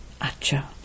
Acha